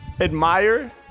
Admire